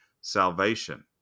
salvation